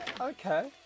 Okay